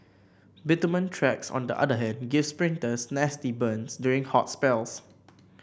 bitumen tracks on the other hand give sprinters nasty burns during hot spells